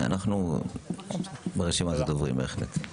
הוא בהחלט ברשימת הדוברים.